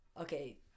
okay